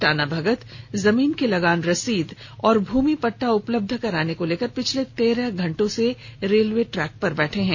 टाना भगत जमीन की लगान रसीद और भूमि पट्टा उपलब्ध कराने को लेकर पिछले तेरह घंटे से रेलवे ट्रैक पर बैठे हैं